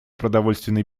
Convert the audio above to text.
продовольственной